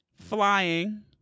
Flying